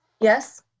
Yes